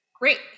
great